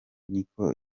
niko